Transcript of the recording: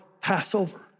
Passover